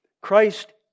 Christ